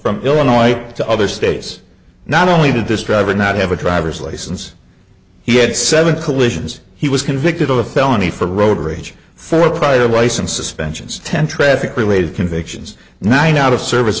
from illinois to other states not only to describe or not have a driver's license he had seven collisions he was convicted of a felony for road rage for a prior license suspensions ten traffic related convictions nine out of service